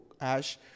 Ash